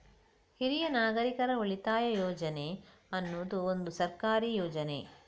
ಹಿರಿಯ ನಾಗರಿಕರ ಉಳಿತಾಯ ಯೋಜನೆ ಅನ್ನುದು ಒಂದು ಸರ್ಕಾರಿ ಯೋಜನೆ